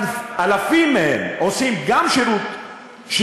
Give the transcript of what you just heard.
אלפים מהם עושים גם שנת שירות,